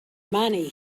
money